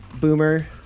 boomer